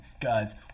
Guys